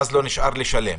ואז לא נשאר לשלם.